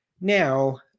Now